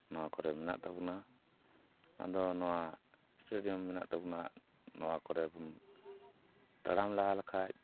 ᱱᱚᱣᱟ ᱠᱚᱨᱮ ᱢᱮᱱᱟᱜ ᱛᱟᱵᱚᱱᱟ ᱟᱫᱚ ᱱᱚᱣᱟ ᱥᱴᱮᱰᱤᱭᱟᱢ ᱢᱮᱱᱟᱜ ᱛᱟᱵᱚᱱᱟ ᱱᱚᱣᱟ ᱠᱚᱨᱮ ᱵᱚᱱ ᱛᱟᱲᱟᱢ ᱞᱟᱦᱟ ᱞᱮᱠᱷᱟᱱ